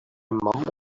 mumbled